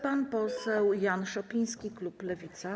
Pan poseł Jan Szopiński, klub Lewica.